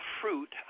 fruit